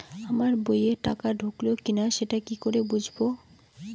আমার বইয়ে টাকা ঢুকলো কি না সেটা কি করে বুঝবো?